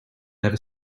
never